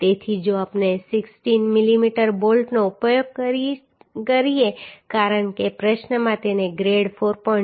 તેથી જો આપણે 16 મીમી બોલ્ટનો ઉપયોગ કરીએ કારણ કે પ્રશ્નમાં તેને ગ્રેડ 4